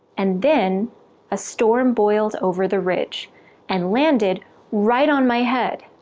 and then a storm boiled over the ridge and landed right on my head.